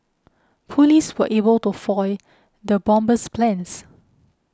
police were able to foil the bomber's plans